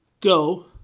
go